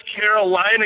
Carolina